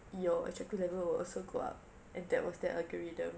your attractive level will also go up and that was the algorithm